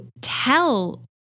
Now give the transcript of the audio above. tell